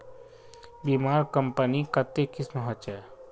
बीमार कंपनी कत्ते किस्म होछे